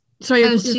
Sorry